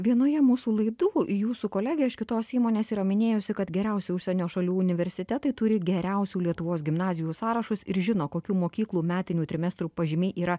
vienoje mūsų laidų jūsų kolegė iš kitos įmonės yra minėjusi kad geriausi užsienio šalių universitetai turi geriausių lietuvos gimnazijų sąrašus ir žino kokių mokyklų metinių trimestrų pažymiai yra